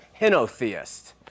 henotheist